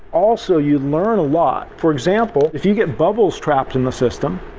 also you learn a lot. for example if you get bubbles trapped in the system,